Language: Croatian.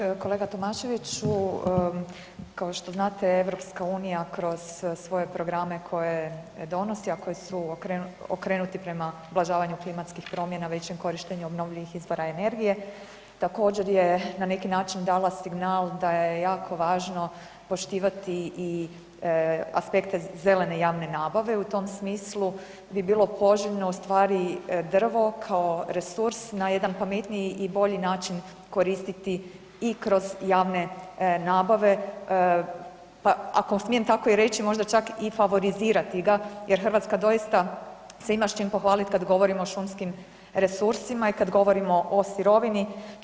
Uvaženi kolega Tomaševiću, kao što znate EU kroz svoje programe koje donosi, a koje su okrenuti prema ublažavanju klimatskih promjena, većem korištenju obnovljivih izvora energije, također je na neki način dala signal da je jako važno poštivati i aspekte zelene javne nabave, u tom smislu bi bilo poželjno u stvari drvo kao resurs na jedan pametniji i bolji način koristiti i kroz javne nabave pa ako smijem tako i reći možda čak i favorizirati ga jer Hrvatska doista se ima s čim pohvaliti kad govorimo o šumskim resursima i kad govorimo o sirovini.